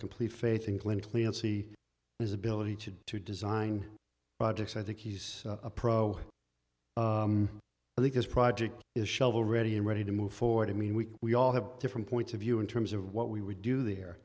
complete faith in clinically and see his ability to to design projects i think he's a pro i think this project is shovel ready and ready to move forward i mean we we all have different points of view in terms of what we would do there